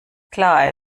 klar